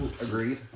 Agreed